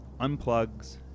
unplugs